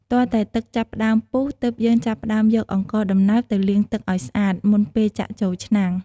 ទាល់តែទឹកចាប់ផ្ដើមពុះ ទើបយើងចាប់ផ្ដើមយកអង្ករដំណើបទៅលាងទឹកឱ្យស្អាត មុនពេលចាក់ចូលឆ្នាំង។